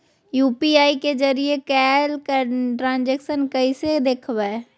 UPI के जरिए कैल ट्रांजेक्शन कैसे देखबै?